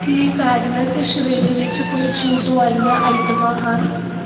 ਕੀ ਮੈਗਨਸ ਸ਼੍ਰੇਣੀ ਵਿੱਚ ਕੋਈ ਛੂਟ ਵਾਲੀਆਂ ਆਈਟਮਾਂ ਹਨ